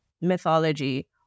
mythology